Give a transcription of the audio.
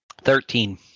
Thirteen